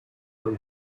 but